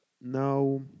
Now